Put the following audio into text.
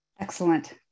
Excellent